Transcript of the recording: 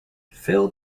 fill